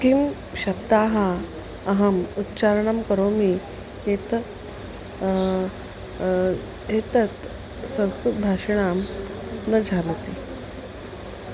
किं शब्दान् अहम् उच्चारणं करोमि एतत् एतत् संस्कृतभाषिणः न जानन्ति